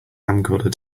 camcorder